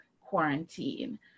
quarantine